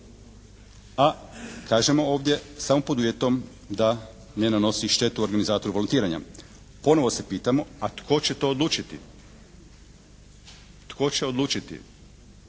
a kažemo ovdje samo pod uvjetom da ne nanosi štetu organizatoru volontiranja. Ponovo se pitamo a tko će to odlučiti. Tko će odlučiti?